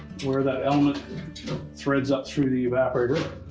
where that element threads up through the evaporator,